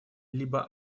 либо